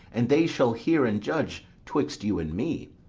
and they shall hear and judge twixt you and me.